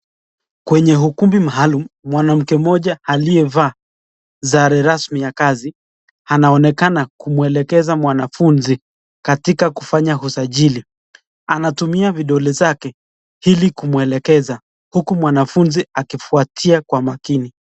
Kwenye ukumbi maalum, mwanamke mmoja aliyevaa sare rasmi ya kazi anaonekana kumwelekeza mwanafuzi katika kufanya usajili. Anatumia vidole zake ili kumwelekeza uku mwanafuzi akifuatia kwa makini.